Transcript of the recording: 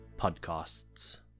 podcasts